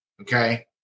Okay